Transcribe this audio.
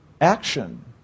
action